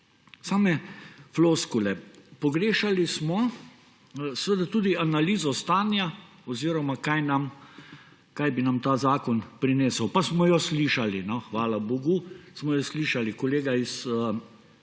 Same floskule. Pogrešali smo tudi analizo stanja oziroma kaj bi nam ta zakon prinesel. Pa smo jo slišali. No, hvala bogu, smo jo slišali. Kolega iz